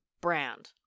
Brand